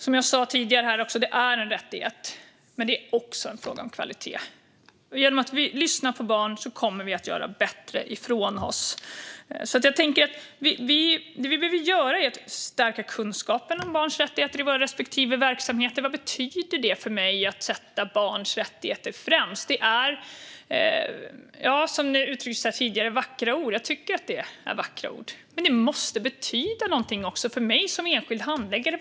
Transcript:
Som jag sa här tidigare är det en rättighet, men det är också en fråga om kvalitet. Genom att vi lyssnar på barn kommer vi att göra bättre ifrån oss. Det vi behöver göra är att stärka kunskaperna om barns rättigheter i våra respektive verksamheter. Vad betyder det för mig att sätta barns rättigheter främst? Som det uttrycktes här tidigare är det vackra ord. Jag tycker att det är vackra ord. Men det måste också betyda någonting för mig som enskild handläggare.